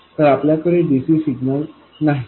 तर आपल्याकडे dc signal नाहीत